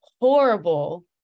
horrible